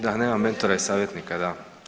Da, nema mentora i savjetnika, da.